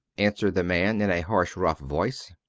answered the man, in a harsh, rough voice.